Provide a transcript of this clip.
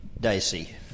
dicey